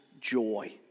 joy